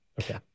Okay